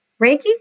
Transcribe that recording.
Reiki